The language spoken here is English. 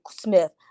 Smith